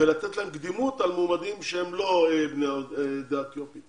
ולתת להם קדימות על מועמדים שהם לא בני העדה האתיופית.